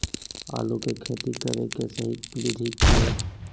आलू के खेती करें के सही विधि की हय?